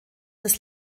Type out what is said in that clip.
des